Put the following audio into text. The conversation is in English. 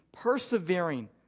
persevering